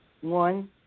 One